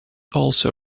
also